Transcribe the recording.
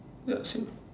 ya same ah